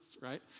Right